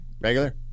regular